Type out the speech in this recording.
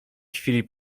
chwili